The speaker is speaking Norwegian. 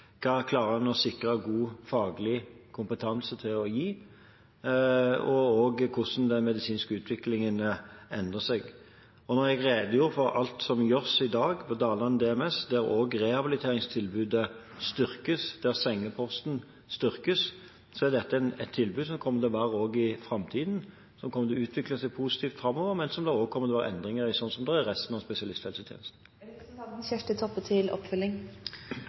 å sikre god faglig kompetanse, og hvordan den medisinske utviklingen endrer seg. Når jeg redegjorde for alt som gjøres på Dalane DMS i dag, der også rehabiliteringstilbudet og sengeposten styrkes, så er dette et tilbud som kommer til å være også i framtiden og som kommer til å utvikle seg positivt framover, men som det også kommer til å være endringer i, slik det er i resten av spesialisthelsetjenesten.